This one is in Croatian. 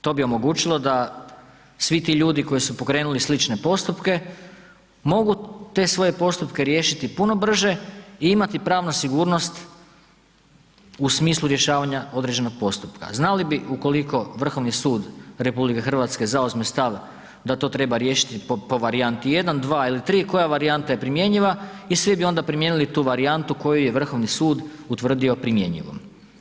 to bi omogućilo da svi ti ljudi koji su pokrenuli slične postupke, mogu te svoje postupke riješiti puno brže i imati pravnu sigurnost u smislu rješavanja određenog postupka, znali bi ukoliko Vrhovni sud RH zauzme stav da to treba riješiti po varijanti 1, 2 ili 3, koja varijanta je primjenjiva i svi bi onda primijenili tu varijantu koju je Vrhovni sud utvrdio primjenjivom.